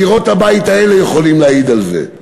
קירות הבית הזה יכולים להעיד על זה.